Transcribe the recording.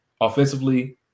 offensively